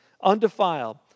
Undefiled